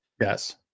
yes